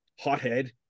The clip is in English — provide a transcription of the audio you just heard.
hothead